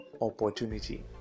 opportunity